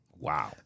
Wow